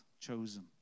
chosen